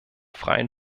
freien